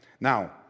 Now